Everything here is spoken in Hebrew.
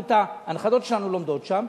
הנכדות שלנו לומדות שם.